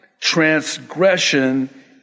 transgression